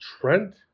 Trent